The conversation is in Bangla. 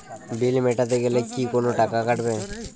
বিল মেটাতে গেলে কি কোনো টাকা কাটাবে?